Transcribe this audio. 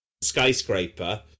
skyscraper